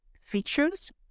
features